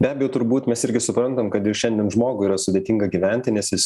be abejo turbūt mes irgi suprantam kad ir šiandien žmogui yra sudėtinga gyventi nes jis